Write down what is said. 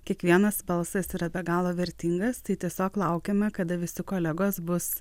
kiekvienas balsas yra be galo vertingas tai tiesiog laukiame kada visi kolegos bus